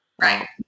Right